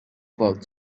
about